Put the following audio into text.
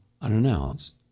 unannounced